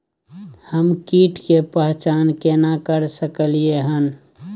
हम कीट के पहचान केना कर सकलियै हन?